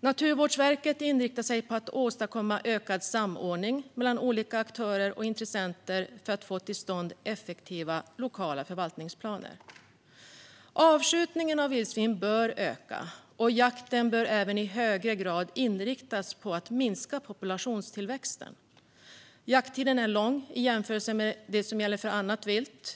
Naturvårdsverket inriktar sig på att åstadkomma ökad samordning mellan olika aktörer och intressenter för att få till stånd effektiva lokala förvaltningsplaner. Avskjutningen av vildsvin bör öka, och jakten bör även i högre grad inriktas på att minska populationstillväxten. Jakttiden är lång i jämförelse med det som gäller för annat vilt.